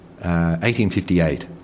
1858